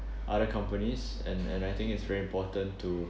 other companies and and I think it's very important to